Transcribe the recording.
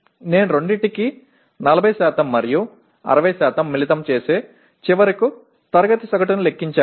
నేను రెండింటికీ 40 మరియు 60 మిళితం చేసి చివరకు తరగతి సగటును లెక్కించాను